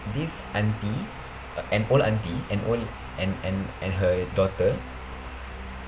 this auntie a~ an old auntie an old and and and her daughter